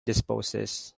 disposes